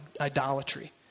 idolatry